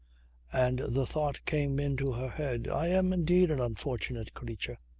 and the thought came into her head i am indeed an unfortunate creature!